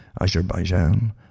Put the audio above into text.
Azerbaijan